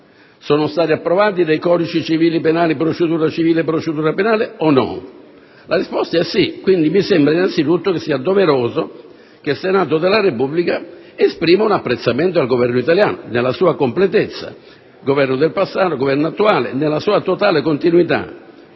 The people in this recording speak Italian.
sono stati approvati i codici civile e penale, di procedura civile e penale. La risposta è sì e allora mi sembra innanzitutto doveroso che il Senato della Repubblica esprima apprezzamento al Governo italiano nella sua completezza, Governo del passato e Governo attuale, in totale continuità.